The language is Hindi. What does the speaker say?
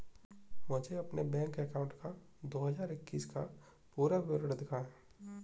मुझे अपने बैंक अकाउंट का दो हज़ार इक्कीस का पूरा विवरण दिखाएँ?